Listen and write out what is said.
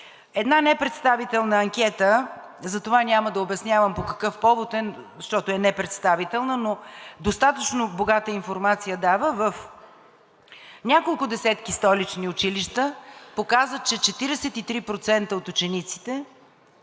Една непредставителна анкета – затова няма да обяснявам по какъв повод е, защото е непредставителна, но дава достатъчно богата информация, показа в няколко десетки столични училища, че 43% от учениците